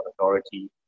authority